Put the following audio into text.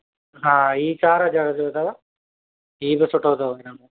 हा हीउ चार हज़ार जो अथव हीउ बि सुठो अथव हिन में